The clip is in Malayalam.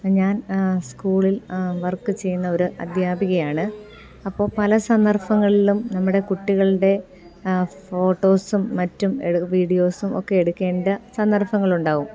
ഞാൻ സ്കൂളിൽ വർക്ക് ചെയ്യുന്ന ഒരു അദ്ധ്യാപികയാണ് അപ്പോൾ പല സന്ദർഭങ്ങളിലും നമ്മുടെ കുട്ടികളുടെ ഫോട്ടോസും മറ്റും വീഡിയോസും ഒക്കെ എടുക്കേണ്ട സന്ദർഭങ്ങളുണ്ടാവും